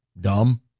dumb